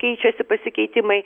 keičiasi pasikeitimai